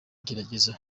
igerageza